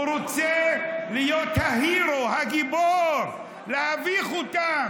הוא רוצה להיות ה-hero, הגיבור, ולהביך אותם: